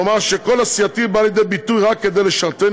לומר שכל עשייתי באה לידי ביטוי רק כדי לשרתני